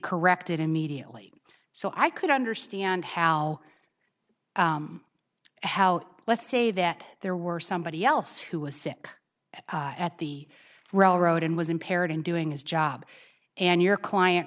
corrected immediately so i could understand how how let's say that there were somebody else who was sick at the railroad and was impaired and doing his job and your client